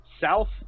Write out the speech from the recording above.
South